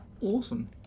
Awesome